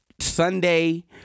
Sunday